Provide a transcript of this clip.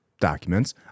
documents